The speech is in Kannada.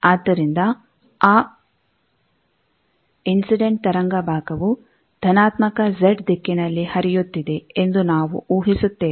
ಆದ್ದರಿಂದ ಆ ಇನ್ಸಿಡೆಂಟ್ ತರಂಗ ಭಾಗವು ಧನಾತ್ಮಕ ಜೆಡ್ ದಿಕ್ಕಿನಲ್ಲಿ ಹರಿಯುತ್ತಿದೆ ಎಂದು ನಾವು ಊಹಿಸುತ್ತೇವೆ